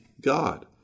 God